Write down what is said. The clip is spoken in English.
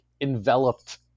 enveloped